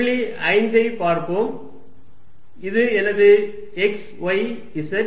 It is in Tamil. புள்ளி 5 ஐ பாப்போம் இது எனது x y z